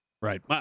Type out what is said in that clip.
Right